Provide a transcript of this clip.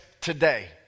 today